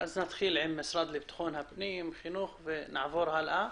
נתחיל עם המשרד לביטחון פנים, חינוך ונמשיך הלאה.